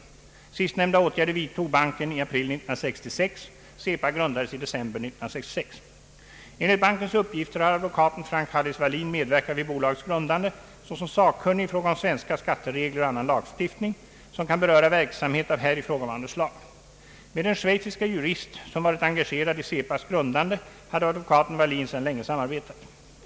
Sistnämnda åtgärder vidtog banken i april 1966; Cepa grundades i december 1966. Enligt bankens uppgifter har advokaten Frank Hallis Wallin medverkat vid bolagets grundande såsom sakkunnig ifråga om svenska skatteregler och annan lagstiftning, som kan beröra verksamhet av här ifrågavarande slag; med den schweiziska jurist, som varit engagerad i Cepas grundande, hade advokaten Wallin sedan länge samarbetat.